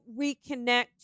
reconnect